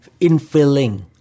infilling